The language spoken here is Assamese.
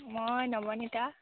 মই নৱনীতা